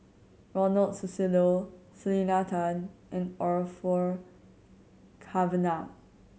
Ronald Susilo Selena Tan and Orfeur Cavenagh